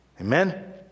Amen